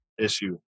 Issue